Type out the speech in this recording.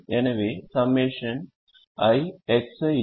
எனவே ∑iX ij 1